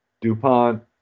DuPont